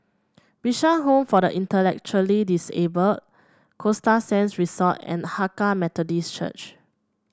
Bishan Home for the Intellectually Disabled Costa Sands Resort and Hakka Methodist Church